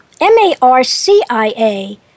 M-A-R-C-I-A